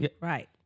Right